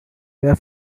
their